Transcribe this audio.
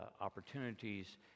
opportunities